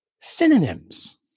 synonyms